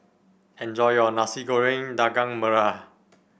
enjoy your Nasi Goreng Daging Merah